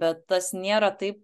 bet tas nėra taip